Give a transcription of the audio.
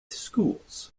schools